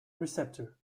receptor